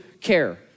care